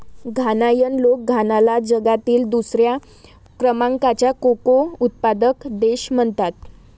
घानायन लोक घानाला जगातील दुसऱ्या क्रमांकाचा कोको उत्पादक देश म्हणतात